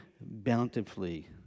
bountifully